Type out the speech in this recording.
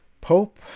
Pope